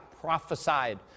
prophesied